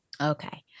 Okay